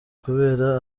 kubera